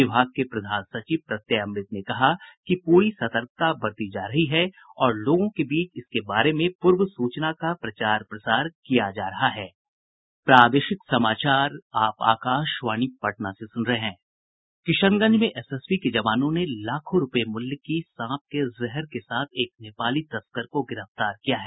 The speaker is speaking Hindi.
विभाग के प्रधान सचिव प्रत्यय अमृत ने कहा कि पूरी सतर्कता बरती जा रही है और लोगों के बीच इसके बारे में पूर्व सूचना का प्रचार प्रसार किया जा रहा है किशनगंज में एसएसबी के जवानों ने लाखों रूपये मूल्य की सांप के जहर के साथ एक नेपाली तस्कर को गिरफ्तार किया है